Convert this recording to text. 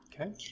Okay